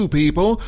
people